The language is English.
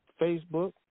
Facebook